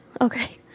Okay